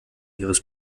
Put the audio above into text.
ihres